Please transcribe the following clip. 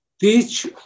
Teach